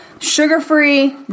sugar-free